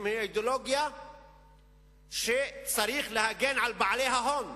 היא האידיאולוגיה שצריך להגן על בעלי ההון.